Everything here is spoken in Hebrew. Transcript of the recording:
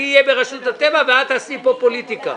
אני אהיה ברשות הטבע ואת תעשי פה פוליטיקה.